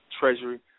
treasury